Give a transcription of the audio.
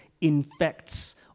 infects